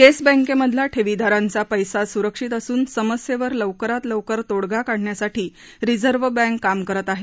yes बँकेमधला ठेवीदारांचा पैसा सुरक्षित असून समस्येवर लवकरात लवकर तोडगा काढण्यासाठी रिझर्व बँक काम करत आहे